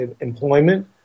employment